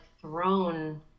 thrown